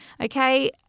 Okay